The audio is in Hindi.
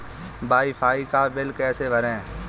वाई फाई का बिल कैसे भरें?